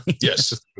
Yes